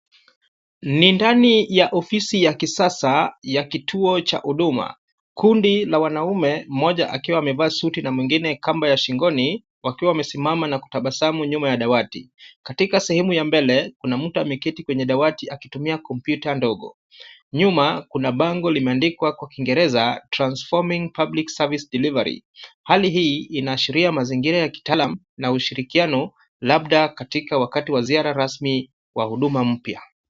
Ni ndani ya ofisi ya kisasa ya kituo cha huduma, kundi la wanaume moja akiwa amevaa suti na mwingine kamba ya shingoni wakiwa wamesimama na kutabasamu nyuma ya dawati, katika sehemu ya mbele kuna mtu ameketi kwenye dawati akitumia kompyuta ndogo. Nyuma kuna bango limeandikwa kwa Kiingereza transforming public service delivery hali hii inaashiria mazingira ya kitaalam na ushirikiano labda katika wakati wa ziara rasmi wa huduma mpya.